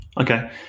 Okay